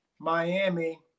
Miami